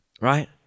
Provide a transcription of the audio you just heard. right